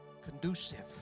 conducive